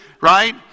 right